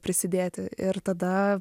prisidėti ir tada